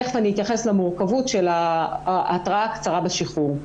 תיכף אתייחס למורכבות של ההתראה הקצרה בשחרור.